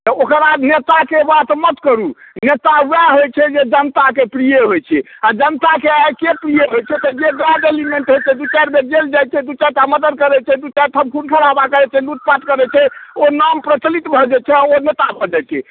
तऽ ओकरा नेताके बात मत करू नेता ओएह होयत छै जे जनताके प्रिय होयत छै आ जनताके आइके प्रिय होय छै तऽ जे बैड एलिमेंट होइत छै दू चारि बेर जेल जाइत छै दू चारि टा मर्डर करैत छै दू चारिठाम खून खराबा करैत छै लूटपाट करैत छै ओ नाम प्रचलित भऽ जाइत छै आ ओ नेता भऽ जाइत छै